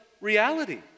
reality